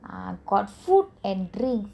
ah court food and drinks